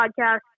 podcast